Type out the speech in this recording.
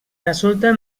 resulta